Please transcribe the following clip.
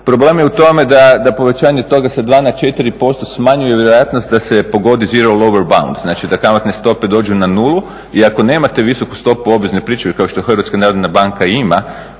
Problem je u tome da povećanje toga sa 2 na 4% smanjuje vjerojatnost da se pogodi zero lower …, znači da kamatne stope dođu na nulu i ako nemate visoku stopu obvezne pričuve kao što je HNB ima,